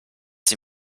sie